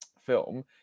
film